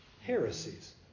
Heresies